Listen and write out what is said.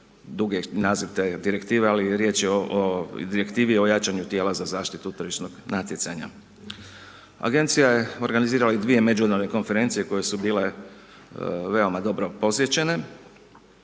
dugi je naziv te direktive ali riječ je o direktivi o jačanju tijela za zaštitu tržišnog natjecanja. Agencija je organizirala i dvije međunarodne konferencije koje su bile veoma dobro posjećene.